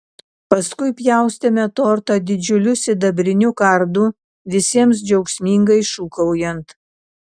paskui pjaustėme tortą didžiuliu sidabriniu kardu visiems džiaugsmingai šūkaujant